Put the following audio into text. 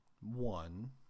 one